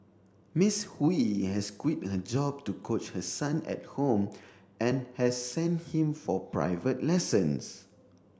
Ms Hui has quit her job to coach her son at home and has sent him for private lessons